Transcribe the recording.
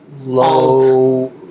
low